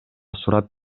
сурап